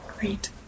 Great